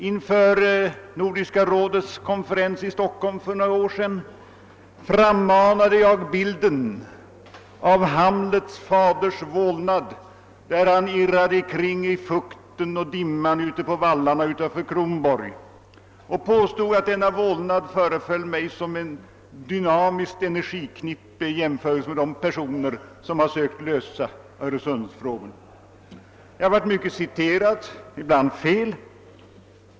Inför Nordiska rådets konferens i Stockholm för några år sedan frammanade jag bilden av Hamlets faders vålnad där han irrade kring i fukten och dimman på vallarna utanför Kronborg och påstod att denna vålnad föreföll mig som ett dynamiskt energiknippe i jämförelse med de personer som har försökt lösa Öresundsfrågorna. Jag blev mycket citerad, ibland felaktigt.